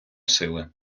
сили